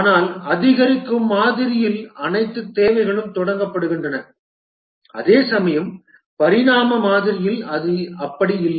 ஆனால் அதிகரிக்கும் மாதிரியில் அனைத்து தேவைகளும் தொடங்கப்படுகின்றன அதேசமயம் பரிணாம மாதிரியில் அது அப்படி இல்லை